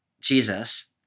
Jesus